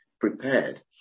prepared